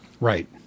Right